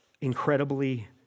incredibly